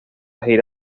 gira